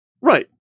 right